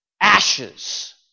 ashes